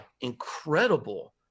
incredible